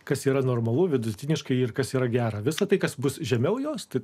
kas yra normalu vidutiniškai ir kas yra gera visa tai kas bus žemiau jos tik